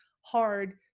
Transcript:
hard